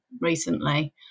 recently